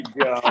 go